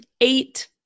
eight